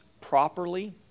properly